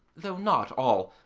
though not all,